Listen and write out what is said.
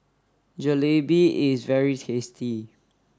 Jalebi is very tasty